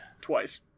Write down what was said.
Twice